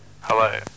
Hello